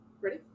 Ready